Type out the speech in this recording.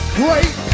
great